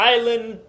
Island